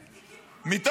ארבעה.